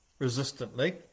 resistantly